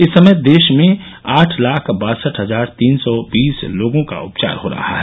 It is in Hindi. इस समय देश में आठ लाख बासठ हजार तीन सौ बीस लोगों का उपचार हो रहा है